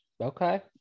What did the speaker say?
Okay